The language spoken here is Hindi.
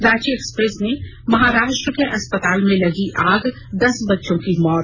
रांची एक्सप्रेस ने महाराष्ट्र के अस्पताल में लगी आग दस बच्चों की मौत